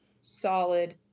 solid